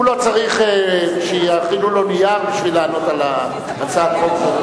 הוא לא צריך שיכינו לו נייר כדי לענות על הצעת החוק,